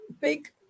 big